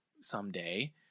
someday